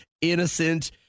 innocent